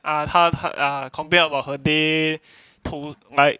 ah 他他 complain about her day to night